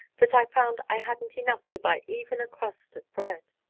that i found i hadn't enough to buy even a crust of bread.